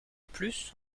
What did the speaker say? plus